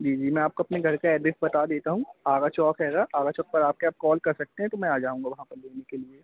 जी जी मैं आपको अपने घर का एड्रेस बता देता हूँ आगा चौक हैगा आगा चौक पर आके आप कॉल कर सकते हैं तो मैं आ जाऊँगा वहाँ पर लेने के लिए